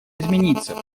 измениться